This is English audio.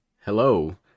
hello